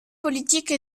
politique